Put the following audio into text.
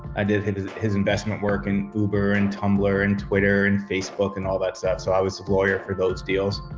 i did his his investment work in uber and tumblr and twitter and facebook and all that stuff. so i was the lawyer for those deals.